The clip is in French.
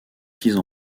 filles